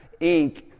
Inc